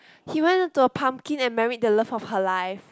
he went into a pumpkin and married the love of her life